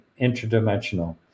interdimensional